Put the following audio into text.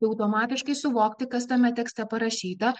tai automatiškai suvokti kas tame tekste parašyta